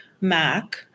Mac